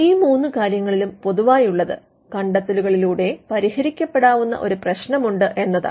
ഈ 3 കാര്യങ്ങളിലും പൊതുവായുള്ളത് കണ്ടത്തെലുകളിലൂടെ പരിഹരിക്കപ്പെടുന്ന ഒരു പ്രശ്നമുണ്ട് എന്നതാണ്